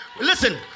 Listen